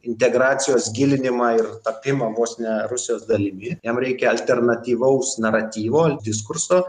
integracijos gilinimą ir tapimą vos ne rusijos dalimi jam reikia alternatyvaus naratyvo diskurso